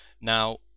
Now